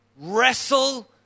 wrestle